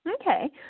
Okay